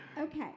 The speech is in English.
Okay